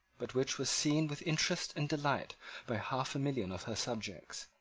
but which was seen with interest and delight by half a million of her subjects,